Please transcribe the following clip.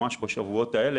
ממש בשבועות אלו,